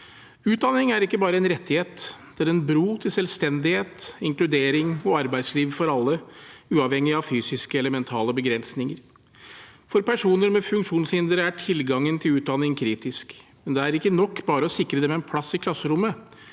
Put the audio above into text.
Utdanning er ikke bare en rettighet; det er en bro til selvstendighet, inkludering og arbeidsliv for alle, uavhengig av fysiske eller mentale begrensninger. For personer med funksjonshindre er tilgangen til utdanning kritisk, men det er ikke nok bare å sikre dem en plass i klasserommet.